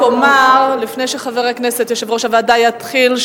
לפני שחבר הכנסת יושב-ראש הוועדה יתחיל,